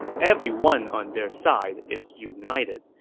everyone on their side is united,